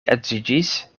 edziĝis